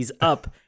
up